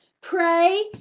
Pray